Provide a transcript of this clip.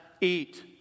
eat